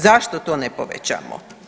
Zašto to ne povećamo.